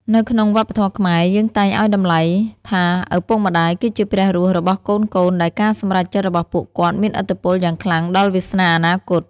នៅក្នុងវប្បធម៌ខ្មែរ យើងតែងឱ្យតម្លៃថាឪពុកម្ដាយគឺជាព្រះរស់របស់កូនៗ ដែលការសម្រេចចិត្តរបស់ពួកគាត់មានឥទ្ធិពលយ៉ាងខ្លាំងដល់វាសនាអនាគត។